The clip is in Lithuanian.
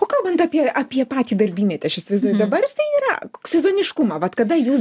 o kalbant apie apie patį darbymetį aš įsivaizduoju dabar jisai yra sezoniškumą vat kada jūs